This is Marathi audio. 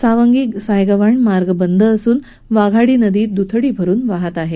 सावंगी सायगव्हान मार्ग बंद असून वाघाडी नदी दुथडी भरून वाहत आहे